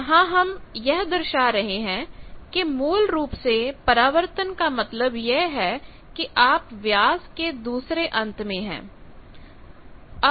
तो यहां हम यह दर्शा रहे हैं कि मूल रूप से परावर्तन का मतलब यह है कि आप व्यास के दूसरे अंत में है